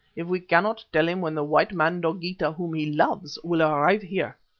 if we cannot tell him when the white man, dogeetah, whom he loves, will arrive here.